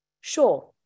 sure